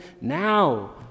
now